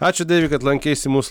ačiū deivi kad lankeisi mūsų